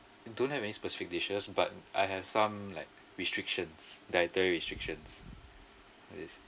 I don't have any specific dishes but I have some like restrictions dietary restrictions it's